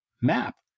map